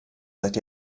seit